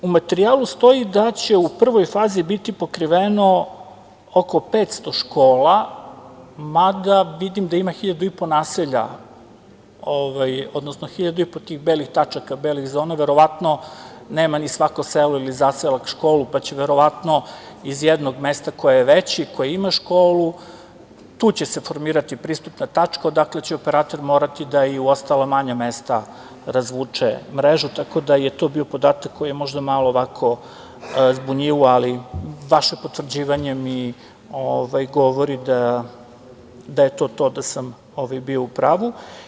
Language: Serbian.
U materijalu stoji da će u prvoj fazi biti pokriveno oko 500 škola, mada vidim da ima 1.500 naselja, odnosno 1.500 tih belih tačaka, belih zona, verovatno nema ni svako selo ili zaseok školu pa će verovatno iz jednog mesta koje je veće, koje ima školu se formirati pristupna tačka odakle će operater morati da i u ostala manja mesta razvuče mrežu, tako da je to bio podatak koji je malo zbunjivao, ali vaše potvrđivanje mi govori da je to to, da sam bio u pravu.